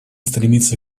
стремиться